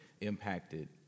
impacted